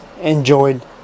enjoyed